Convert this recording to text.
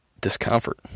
discomfort